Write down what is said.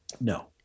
No